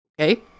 Okay